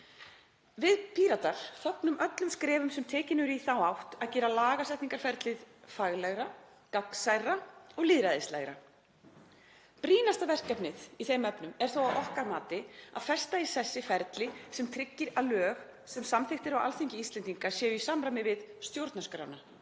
Við Píratar fögnum öllum skrefum sem tekin eru í þá átt að gera lagasetningarferlið faglegra, gagnsærra og lýðræðislegra. Brýnasta verkefnið í þeim efnum er þó að okkar mati að festa í sessi ferli sem tryggir að lög sem samþykkt eru á Alþingi Íslendinga séu í samræmi við stjórnarskrána.